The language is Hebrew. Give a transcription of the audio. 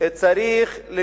זה פתגם יהודי בתרגום לערבית.